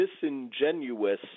disingenuous